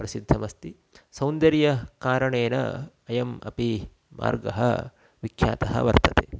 प्रसिद्धमस्ति सौन्दर्यकारणेन अयम् अपि मार्गः विख्यातः वर्तते